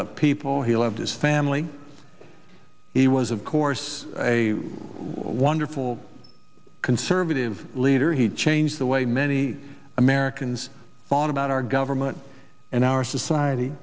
of people he loved his family he was of course a wonderful conservative leader he changed the way many americans thought about our government and our society